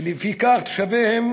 ולפיכך תושביהם